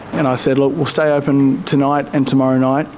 and i said, look, we'll stay open tonight and tomorrow night,